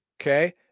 Okay